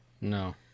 No